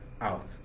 out